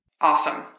Awesome